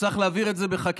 שצריך להעביר את זה בחקיקה.